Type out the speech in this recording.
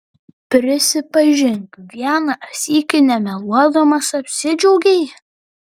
prisipažink vieną sykį nemeluodamas apsidžiaugei